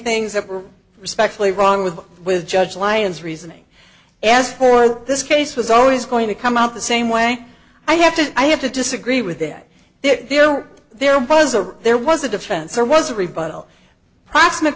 things that were respectfully wrong with with judge lyons reasoning as for this case was always going to come out the same way i have to i have to disagree with that there were there was a there was a defense there was a rebuttal proximate